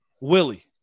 Willie